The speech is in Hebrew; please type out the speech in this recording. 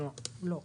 לא, לא, לא.